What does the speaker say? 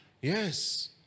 Yes